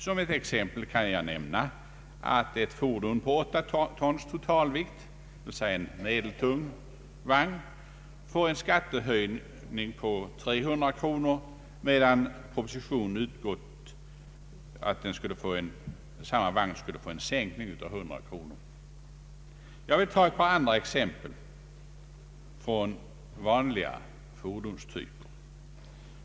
Som exempel kan nämnas att ett fordon på 8 tons totalvikt, dvs. en medeltung vagn, får en skatteökning på 300 kronor, medan propositionen utgått ifrån att samma vagn skulle få en sänkning på 100 kronor. Jag vill ta ett par andra exempel från vanliga fordonstyper.